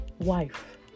wife